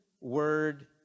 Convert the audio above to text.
word